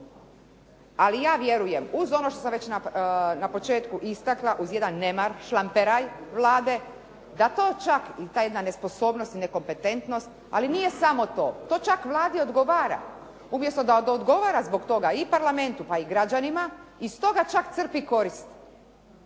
Ali ja vjerujem uz ono što sam već na početku istakla, uz jedan nemar, šlamperaj Vlade da to čak, ta jedna nesposobnost i nekompetentnost, ali nije samo to, to čak Vladi i odgovara. Umjesto da odgovara zbog toga i parlamentu pa i građanima iz toga čak crpi korist.